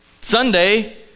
Sunday